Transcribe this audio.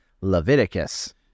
Leviticus